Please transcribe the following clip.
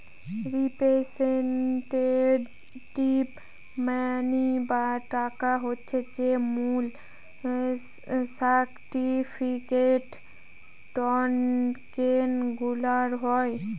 representative money বা টাকা হচ্ছে যে মূল্য সার্টিফিকেট, টকেনগুলার হয়